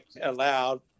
allowed